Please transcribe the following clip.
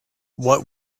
what